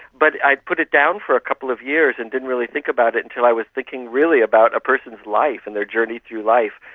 but i put it down for a couple of years and didn't really think about it until i was thinking really about a person's life and their journey through life,